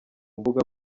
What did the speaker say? mbuga